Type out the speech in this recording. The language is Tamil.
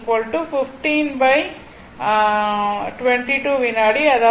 எனவே 5223 1522 வினாடி அதாவது τ